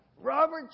Robert